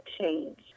change